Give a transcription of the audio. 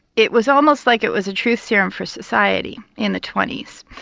it was almost like it was a truth serum for society in the twenty s,